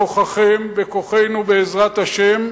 בכוחכם, בכוחנו, בעזרת השם,